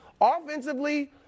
Offensively